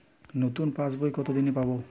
নতুন পাশ বই কত দিন পরে পাবো?